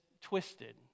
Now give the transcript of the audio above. twisted